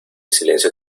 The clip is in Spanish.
silencio